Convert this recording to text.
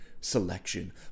selection